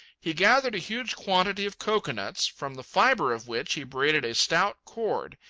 he gathered a huge quantity of coconuts, from the fibre of which he braided a stout cord,